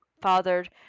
fathered